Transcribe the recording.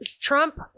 Trump